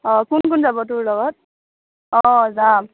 অঁ কোন কোন যাব তোৰ লগত অঁ যাম